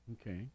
Okay